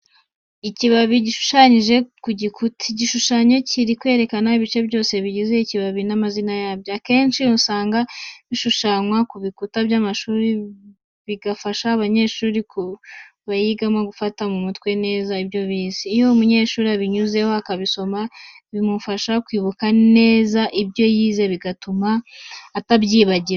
Ikibabi gishushanyije ku gikuta. Igishushanyo cyirerekana ibice byose bigize ikibabi n'amazina yabyo. Akenshi usanga bishushanywa kubikuta by'amashuri, bigafasha abanyeshuri bayigamo gufata mumutwe neza ibyo bize. Iyo umunyeshuri abinyuzeho akabisoma bimufasha kwibuka neza ibyo yize, bigatuma atabyibagirwa.